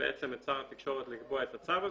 את שר התקשורת לקבוע את הצו הזה,